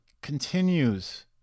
continues